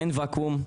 אין ואקום,